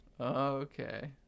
Okay